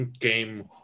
game